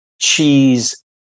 cheese